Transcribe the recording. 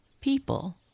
People